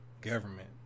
government